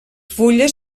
fulles